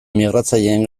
migratzaileen